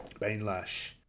Bainlash